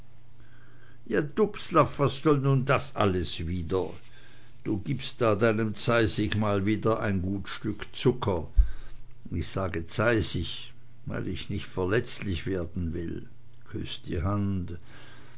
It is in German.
ja dubslav was soll das nun alles wieder du gibst da deinem zeisig mal wieder ein gut stück zucker ich sage zeisig weil ich nicht verletzlich werden will küß die hand